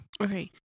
Okay